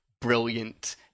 brilliant